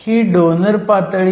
ही donor पातळी आहे